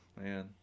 man